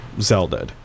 Zelda